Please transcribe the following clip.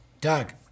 Doug